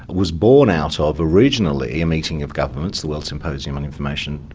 was born out ah of originally a meeting of governments, the world symposium on information,